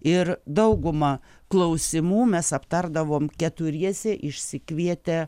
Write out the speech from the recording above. ir dauguma klausimų mes aptardavom keturiese išsikvietę